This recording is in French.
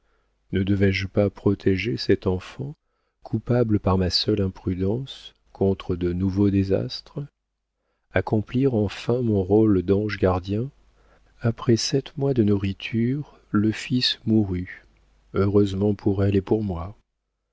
ne devais-je pas protéger cette enfant coupable par ma seule imprudence contre de nouveaux désastres accomplir enfin mon rôle d'ange gardien après sept mois de nourriture le fils mourut heureusement pour elle et pour moi